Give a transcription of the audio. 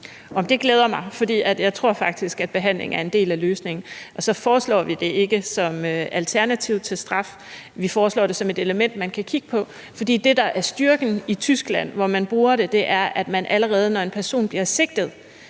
Det glæder mig, for jeg tror faktisk, at behandling er en del af løsningen. Vi foreslår det ikke som alternativ til straf; vi foreslår det som et element, man kan kigge på. For det, der er styrken i Tyskland, hvor man bruger det i dag, er, at man allerede, når en person bliver sigtet,